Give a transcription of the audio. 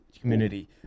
community